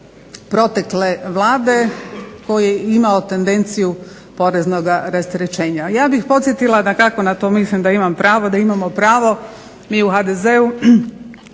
protekle Vlade koji je imao tendenciju poreznoga rasterećenja. Ja bih podsjetila, dakako na to mislim da imam pravo, da imamo pravo mi u HDz-u